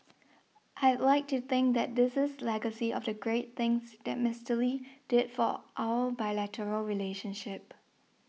I'd like to think that this is legacy of the great things that Mister Lee did for our bilateral relationship